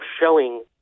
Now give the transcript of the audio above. showing